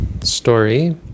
story